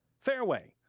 fareway,